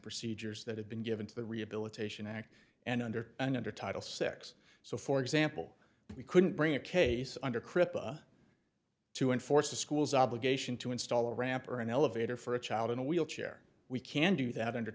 procedures that have been given to the rehabilitation act and under and under title six so for example we couldn't bring a case under cripple to enforce the school's obligation to install a ramp or an elevator for a child in a wheelchair we can do that und